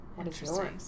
interesting